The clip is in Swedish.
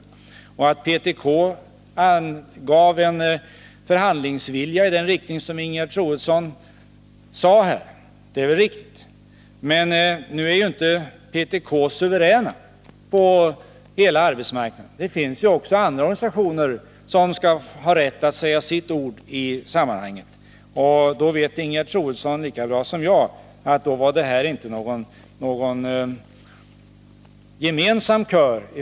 Det är riktigt att PTK gav uttryck för en förhandlingsvilja i den riktning som Nr 39 Ingegerd Troedsson här beskrev, men PTK är inte suverän på hela Måndagen den arbetsmarknaden. Det finns också andra organisationer som har rätt att säga 30 november 1981 sitt ord i sammanhanget. Och Ingegerd Troedsson vet lika bra som jag att arbetsmarknadens parter inte bildade någon gemensam kör.